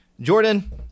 Jordan